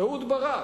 אהוד ברק.